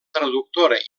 traductora